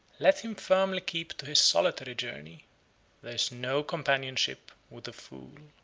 let him firmly keep to his solitary journey there is no companionship with a fool.